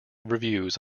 reviews